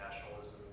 nationalism